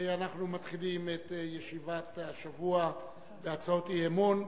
אנחנו מתחילים את ישיבת השבוע בהצעות אי-אמון,